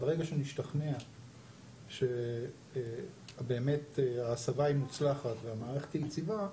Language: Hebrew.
ברגע שנשתכנע שבאמת ההסבה היא מוצלחת והמערכת היא יציבה,